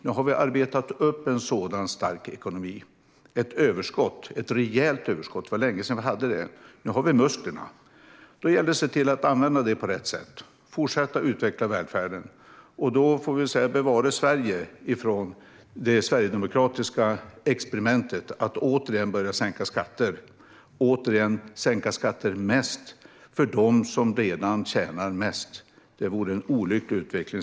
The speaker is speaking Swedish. Nu har vi arbetat upp en sådan stark ekonomi, ett rejält överskott. Det var länge sedan vi hade det. Nu har vi musklerna. Då gäller det att se till att använda det på rätt sätt och fortsätta att utveckla välfärden. Bevara Sverige från det sverigedemokratiska experimentet att återigen börja sänka skatter, och återigen sänka skatter mest för dem som redan tjänar mest. Det vore en olycklig utveckling.